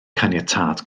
caniatâd